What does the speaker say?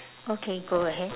okay go ahead